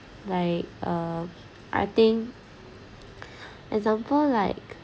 like uh I think example like